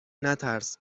نترس